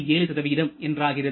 7 என்றாகிறது